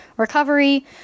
recovery